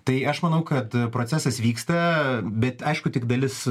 tai aš manau kad procesas vyksta bet aišku tik dalis